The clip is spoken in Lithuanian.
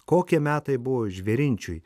kokie metai buvo žvėrinčiui